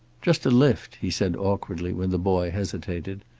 just a lift, he said, awkwardly, when the boy hesitated.